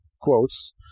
quotes